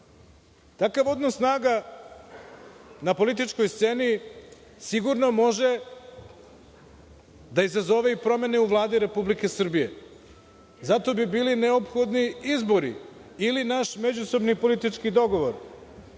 Takav odnos snaga na političkoj sceni sigurno može da izazove i promene u Vladi Republike Srbije. Zato bi bili neophodni izbori ili naš međusobni politički dogovor,